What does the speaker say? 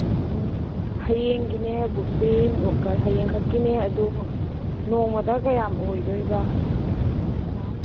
ꯍꯌꯦꯡꯒꯤꯅꯦ ꯕꯨꯛꯁꯤ ꯍꯌꯦꯡꯈꯛꯀꯤꯅꯦ ꯑꯗꯣ ꯅꯣꯡꯃꯗ ꯀꯌꯥꯝ ꯑꯣꯏꯗꯣꯏꯕ ꯄꯩꯁꯥ